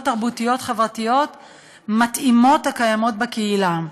תרבותיות וחברתיות מתאימות הקיימות בקהילה,